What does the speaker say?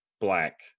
black